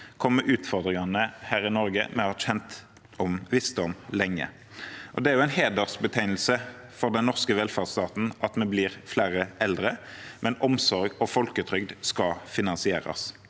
kommer utfordringene her i Norge vi har visst om lenge. Det er jo en hedersbetegnelse for den norske velferdsstaten at vi blir flere eldre, men omsorg og folketrygd skal finansieres.